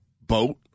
Boat